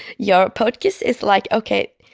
your podcast, it's like okay.